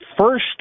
first